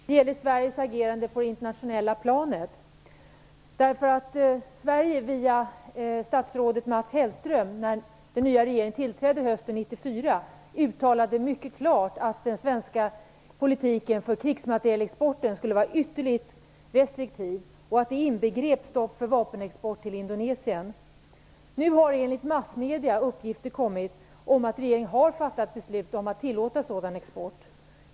Fru talman! Jag har en fråga till statsministern. Det gäller Sveriges agerande på det internationella planet. Sverige uttalade via statsrådet Mats Hellström när den nya regeringen tillträdde hösten 1994 mycket klart att den svenska politiken vad gäller krigsmaterielexporten skulle vara ytterligt restriktiv och att det inbegrep stopp för vapenexport till Indonesien. Nu har enligt massmedierna uppgifter kommit om att regeringen har fattat beslut om att tillåta sådan export.